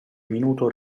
minuto